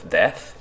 death